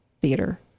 theater